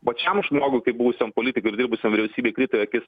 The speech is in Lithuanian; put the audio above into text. pačiam žmoguikaip buvusiam politikui dirbusiam vyriausybėj krito į akis